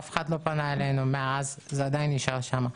אף אחד לא פנה אלינו מאז, זה עדיין נשאר שם.